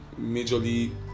majorly